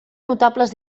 notables